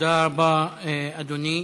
תודה רבה, אדוני.